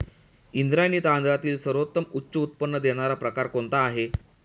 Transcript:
इंद्रायणी तांदळातील सर्वोत्तम उच्च उत्पन्न देणारा प्रकार कोणता आहे?